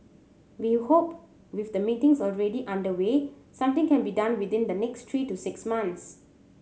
we hope with the meetings already underway something can be done within the next three to six months